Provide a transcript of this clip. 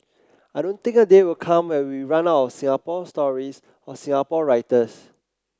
I don't think a day will come where we run out of Singapore stories or Singapore writers